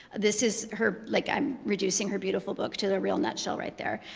this is her like i'm reducing her beautiful book to the real nutshell right there.